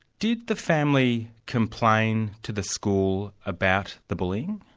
did the family complain to the school about the bullying?